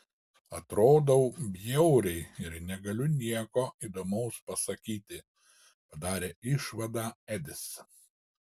atrodau bjauriai ir negaliu nieko įdomaus pasakyti padarė išvadą edis